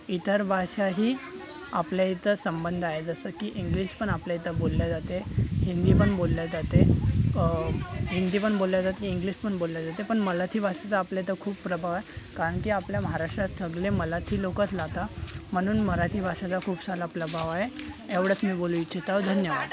इतर भाषाही आपल्या इथं संबंध आहे जसं की इंग्लिश पण आपल्या इथे बोलली जाते हिंदी पण बोलली जाते हिंदी पण बोलली जाते इंग्लिश पण बोलली जाते पण मराठी भाषेचा आपल्या इथं खूप प्रभाव आहे कारण की आपल्या महाराष्ट्रात सगले मराठी लोकच राहतात म्ह्णून मराठी भाषेचा खूप सारा प्रभाव आहे एवढंच मी बोलू इच्छित आहे धन्यवाद